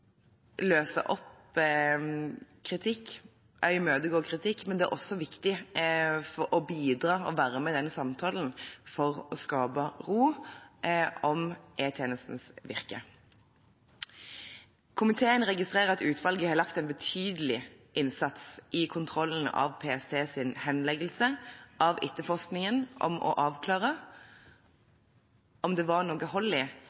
løse opp kritikk og imøtegå kritikk, men det er også viktig for å bidra og være med i den samtalen for å skape ro om e-tjenestenes virke. Komiteen registrerer at utvalget har lagt en betydelig innsats i kontrollen av PSTs henleggelse av etterforskningen om å avklare om det var noe hold i